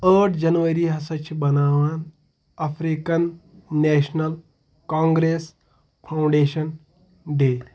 ٲٹھ جنؤری ہسا چھِ بناوان African National Congress foundation day